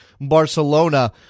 Barcelona